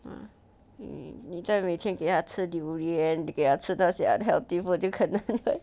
mm 你在每天给他吃 durian 给它吃那些 unhealthy food 真可能了